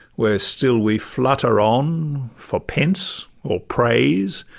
where still we flutter on for pence or praise